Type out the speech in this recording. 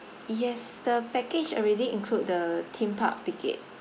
yes the package already include the theme park ticket